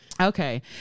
okay